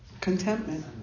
Contentment